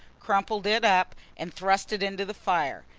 crumpled it up and thrust it into the fire.